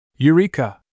Eureka